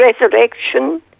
resurrection